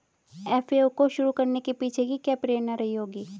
FAO को शुरू करने के पीछे की क्या प्रेरणा रही होगी?